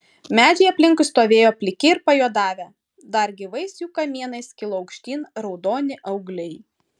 medžiai aplinkui stovėjo pliki ir pajuodavę dar gyvais jų kamienais kilo aukštyn raudoni augliai